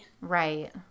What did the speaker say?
Right